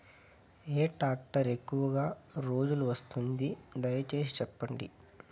ఏ tractor ఎక్కువగా రోజులు వస్తుంది, దయసేసి చెప్పండి?